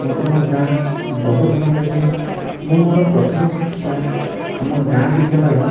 ମୋତେ ମୋ' ଗାଁ ବହୁତ ଭଲଲାଗେ ମୁଁ ମୋର ପ୍ରଥମ ଶିକ୍ଷା ଆମ ଗାଁ ବିଦ୍ୟାଳୟ